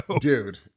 Dude